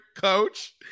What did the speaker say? coach